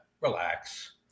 relax